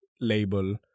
label